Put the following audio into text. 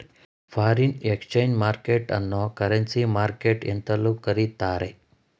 foreign exchange market ಅನ್ನೋ currency market ಎಂತಲೂ ಕರಿತ್ತಾರೆ